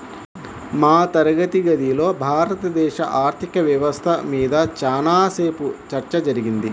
మా తరగతి గదిలో భారతదేశ ఆర్ధిక వ్యవస్థ మీద చానా సేపు చర్చ జరిగింది